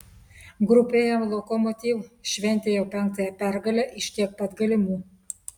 grupėje lokomotiv šventė jau penktąją pergalę iš tiek pat galimų